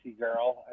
girl